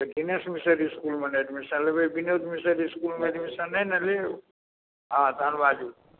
तऽ दिनेश मिसर इसकूलमे एडमिशन लेबै बिनोद मिसर इसकूलमे एडमिशन नहि नऽ लेब आ तहन बाजू